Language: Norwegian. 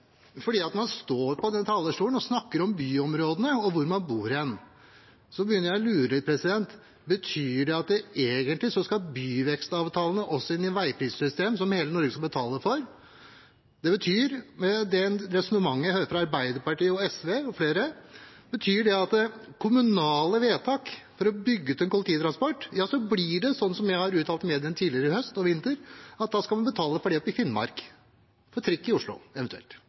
man står på denne talerstolen og snakker om byområdene og hvor man bor hen, så begynner jeg å lure litt: Betyr det at egentlig skal byvekstavtalene også inn i et veiprisingssystem, som hele Norge skal betale for? Med det resonnementet jeg hører fra Arbeiderpartiet og SV og flere, betyr det at når det gjelder kommunale vedtak for å bygge ut kollektivtransport, så blir det sånn, som jeg har uttalt til mediene tidligere i høst og i vinter, at da skal man, eventuelt, betale for det oppe i Finnmark, for trikk i Oslo.